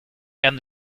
and